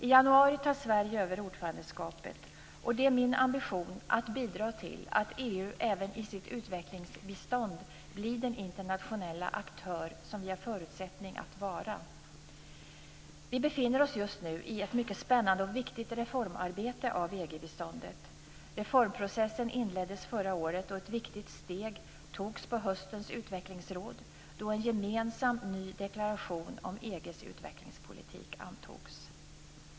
I januari tar Sverige över ordförandeskapet, och det är min ambition att bidra till att EU även i sitt utvecklingsbistånd blir den internationella aktör som vi har förutsättningar att vara. Vi befinner oss just nu i ett mycket spännande och viktigt reformarbete i fråga om EG-biståndet. Reformprocessen inleddes förra året, och ett viktigt steg togs på höstens utvecklingsråd då en gemensam ny deklaration om EG:s utvecklingspolitik antogs.